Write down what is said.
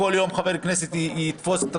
כחברי כנסת יכולנו לעשות את זה,